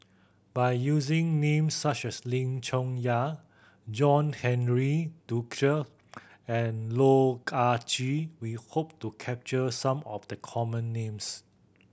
by using names such as Lim Chong Yah John Henry Duclo and Loh Ah Chee we hope to capture some of the common names